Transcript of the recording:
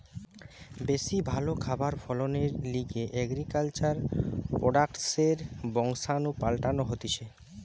বেশি ভালো খাবার ফলনের লিগে এগ্রিকালচার প্রোডাক্টসের বংশাণু পাল্টানো হতিছে